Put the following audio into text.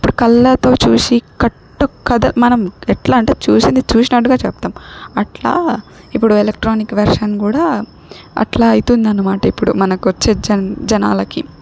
ఇప్పుడు కళ్ళతో చూసి కట్టుకథ మనం ఎట్లా అంటే చూసింది చూసినట్టుగా చెప్తాం అట్లా ఇప్పుడు ఎలక్ట్రానిక్ వర్షన్ కూడా అట్లా అయితుంది అనమాట ఇప్పుడు మనకు వచ్చే జన్ జనాలకి